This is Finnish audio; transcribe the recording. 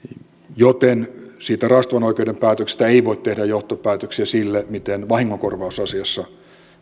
joten siitä raastuvanoikeuden päätöksestä ei voi tehdä johtopäätöksiä siitä mikä vahingonkorvausasiassa